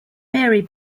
mary